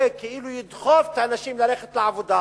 זה כאילו לדחוף את האנשים ללכת לעבודה,